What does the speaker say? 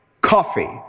coffee